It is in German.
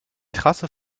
trasse